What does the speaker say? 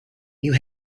you